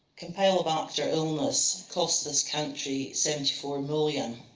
campylobacter illness costs this country seventy four million